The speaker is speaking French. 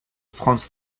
frans